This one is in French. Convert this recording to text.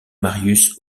marius